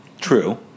True